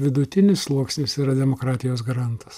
vidutinis sluoksnis yra demokratijos garantas